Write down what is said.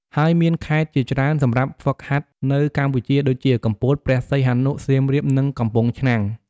ហើយមានខេត្តជាច្រើនសម្រាប់ហ្វឹកហាត់នៅកម្ពុជាដូចជា កំពត ព្រះសីហនុ សៀមរាប និងកំពង់ឆ្នាំង។